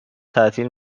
تعطیل